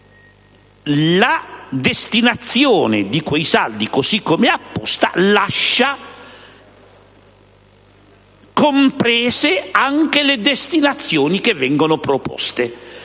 la destinazione di quei saldi, così come è stata proposta, lascia comprese anche le destinazioni che vengono proposte.